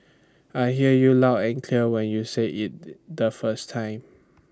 I hear you loud and clear when you say IT the first time